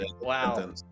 Wow